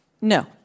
No